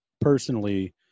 personally